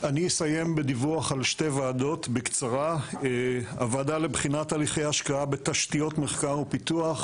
נשמע את דיווח המועצה הלאומית למחקר ופיתוח